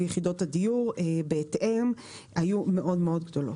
ויחידות הדיור בהתאם היו מאוד מאוד גדולות.